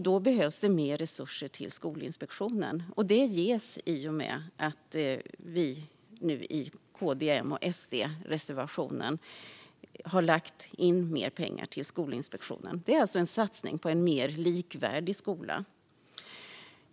Då behövs mer resurser till Skolinspektionen, och det ges i och med att vi nu i KD-M-SD-reservationen har lagt in mer pengar till Skolinspektionen. Det är alltså en satsning på en mer likvärdig skola.